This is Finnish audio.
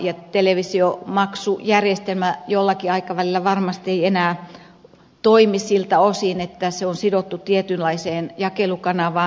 televisiomaksujärjestelmä ei varmasti jollakin aikavälillä enää toimi siltä osin että se on sidottu tietynlaiseen jakelukanavaan